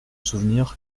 souvenir